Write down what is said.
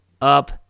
up